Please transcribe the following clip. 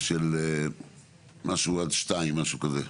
של משהו עד 14:00, משהו כזה.